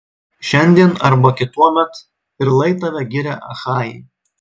šiandien arba kituomet ir lai tave giria achajai